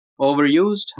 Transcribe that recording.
overused